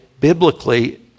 biblically